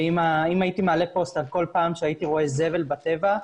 ואם הייתי מעלה פוסט על כל פעם שהייתי רואה זבל בטבע,